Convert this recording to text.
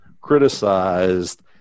criticized